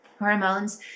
hormones